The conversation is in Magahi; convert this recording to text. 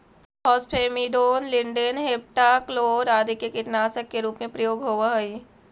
फॉस्फेमीडोन, लींडेंन, हेप्टाक्लोर आदि के कीटनाशक के रूप में प्रयोग होवऽ हई